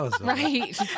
right